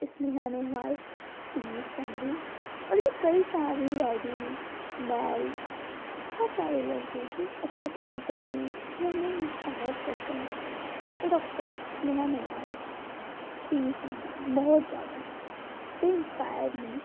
Sneha Nehwal P V Sandhu और ये कई सारी लैडी मेल बहुत सारे लोग होंगे जो अच्छा खेलते हैं जो हमें इंस्पायर करते हैं but of course Sneha Nehwal P V Sandhu बहुत ज्यादा दे इंस्पायर मी